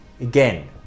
Again